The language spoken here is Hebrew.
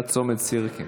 ליד צומת סירקין.